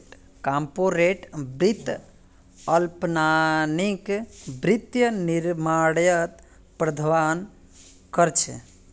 corporate वित्त अल्पकालिक वित्तीय निर्णयर प्रबंधन कर छे